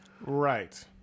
right